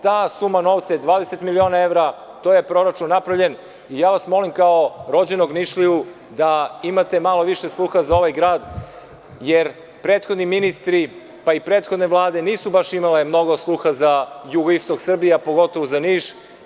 Ta suma novca je 20 miliona evra, taj je proračun napravljen, molim vas kao rođenog Nišliju da imate malo više sluha za ovaj grad, jer prethodni ministri, pa i prethodne vlade nisu imale mnogo sluha za jugoistok Srbije, a pogotovo za Niš.